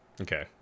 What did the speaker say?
Okay